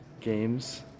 Games